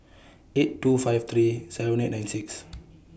eight two five three seven eight nine six